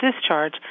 discharge